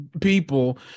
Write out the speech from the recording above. people